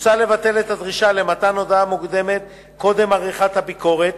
מוצע לבטל את הדרישה של מתן הודעה מוקדמת קודם עריכת הביקורת.